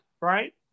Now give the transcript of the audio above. right